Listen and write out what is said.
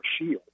shield